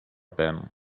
ben